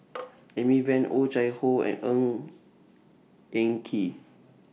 Amy Van Oh Chai Hoo and Ng Eng Kee